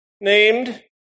named